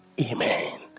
Amen